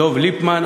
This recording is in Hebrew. דב ליפמן,